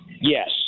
Yes